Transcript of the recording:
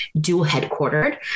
dual-headquartered